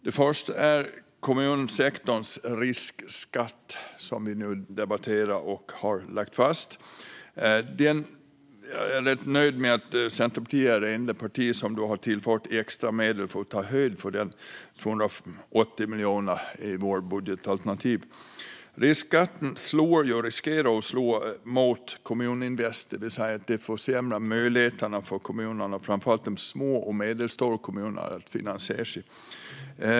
Den första är kommunsektorns riskskatt, som vi nu har debatterat och lagt fast. Jag är rätt nöjd med att Centerpartiet är det enda parti som tillfört extra medel för att ta höjd för den - 280 miljoner i vårt budgetalternativ. Riskskatten riskerar att slå mot Kommuninvest, det vill säga försämra möjligheterna för framför allt de små och medelstora kommunerna att finansiera sig.